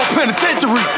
Penitentiary